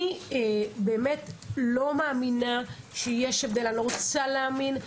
אני באמת לא מאמינה שיש הבדל, אני לא רוצה להאמין.